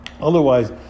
Otherwise